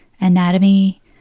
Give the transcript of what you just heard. anatomy